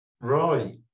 right